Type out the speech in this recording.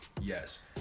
yes